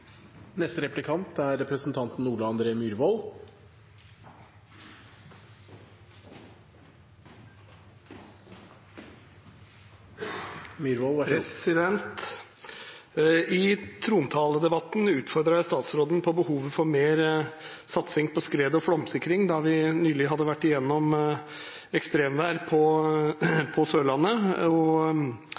I trontaledebatten utfordret jeg statsråden på behovet for mer satsing på skred- og flomsikring, da vi nylig hadde vært gjennom ekstremvær på Sørlandet og